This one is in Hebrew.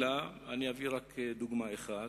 אלא, אביא רק דוגמה אחת.